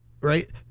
right